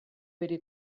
bere